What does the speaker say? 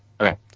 okay